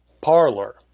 Parlor